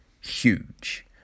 huge